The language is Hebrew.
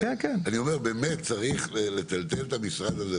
אני אומר צריך לטלטל את המשרד הזה,